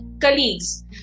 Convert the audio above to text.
colleagues